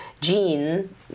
gene